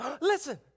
listen